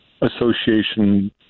Association